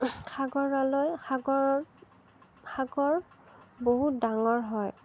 সাগৰলৈ সাগৰৰ সাগৰ বহুত ডাঙৰ হয়